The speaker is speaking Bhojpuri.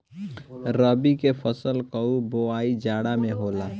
रबी के फसल कअ बोआई जाड़ा में होला